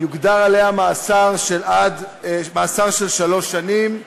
יוגדר לה מאסר שלוש שנים.